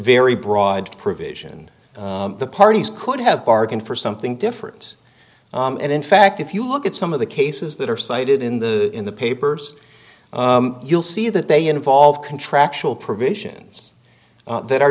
very broad provision the parties could have bargained for something different and in fact if you look at some of the cases that are cited in the in the papers you'll see that they involve contractual provisions that are